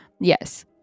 yes